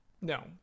No